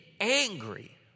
angry